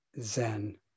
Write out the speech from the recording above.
Zen